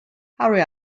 hurry